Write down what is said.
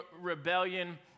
rebellion